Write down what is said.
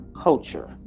culture